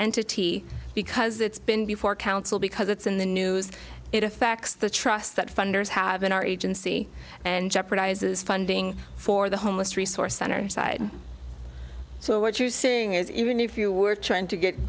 entity because it's been before council because it's in the news it affects the trust that funders have in our agency and jeopardizes funding for the homeless resource center side so what you're saying is even if you were trying to get